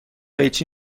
قیچی